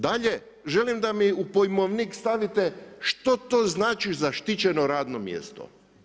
Dalje, želim da mi u pojmovnik stavite što to znači zaštićeno radno mjesto?